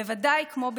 בוודאי כמו ישראל,